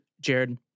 Jared